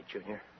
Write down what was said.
Junior